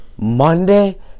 Monday